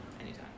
Anytime